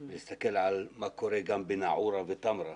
ולהסתכל גם מה קורה בנאעורה ובטמרה.